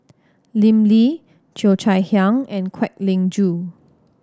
Lim Lee Cheo Chai Hiang and Kwek Leng Joo